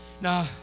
Now